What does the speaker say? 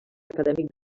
acadèmic